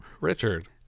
Richard